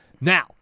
Now